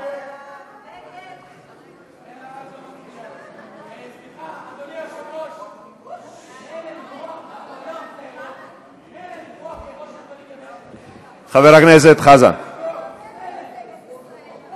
ההצעה להעביר לוועדה את הצעת חוק הסכמים לנשיאת עוברים (אישור הסכם